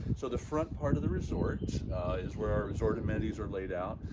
so the front part of the resort is where our resort amenities are laid out.